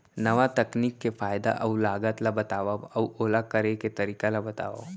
नवा तकनीक के फायदा अऊ लागत ला बतावव अऊ ओला करे के तरीका ला बतावव?